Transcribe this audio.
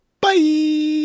bye